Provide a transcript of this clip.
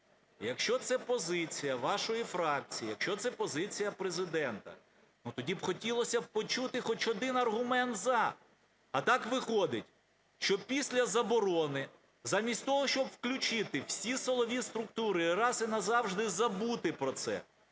Якщо це позиція вашої фракції, якщо це позиція Президента, тоді б хотілося почути хоч один "за". А так виходить, що після заборони замість того, щоб включити всі силові структури раз і назавжди забути про це,